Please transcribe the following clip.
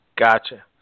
Gotcha